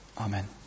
Amen